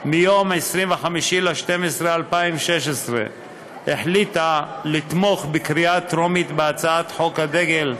החליטה ביום 25 בדצמבר 2016 לתמוך בקריאה טרומית בהצעת חוק הדגל,